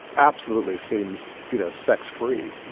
absolutely seems, you know, sex free.